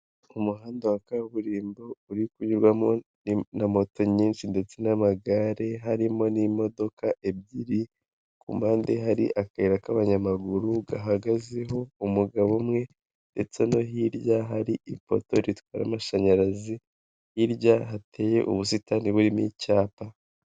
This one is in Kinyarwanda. Umuhanda wa kaburimbo uri kunyurwamo na moto nyinshi ndetse n'amagare, harimo n'imodoka ebyiri, ku mpande hari akayira k'abanyamaguru gahagazeho umugabo umwe, ndetse no hirya hari ipoto ritwara amashanyarazi hirya hateye ubusitani burimo icyapa.